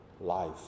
Life